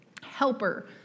Helper